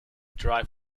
derived